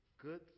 good